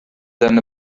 than